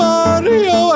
Mario